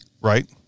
right